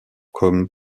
comme